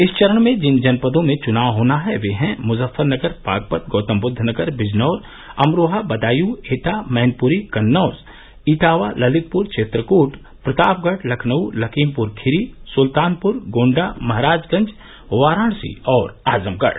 इस चरण में जिन जनपदों में चुनाव होना है वे हैं मुजफ्फरनगर बागपत गौतमबुद्व नगर बिजनौर अमरोहा बदायूं एटा मैनपुरी कन्नौज इटावा ललितपुर चित्रकूट प्रतापगढ़ लखनऊ लखीमपुर खीरी सुल्तानपुर गोण्डा महराजगंज वाराणसी और आजमगढ़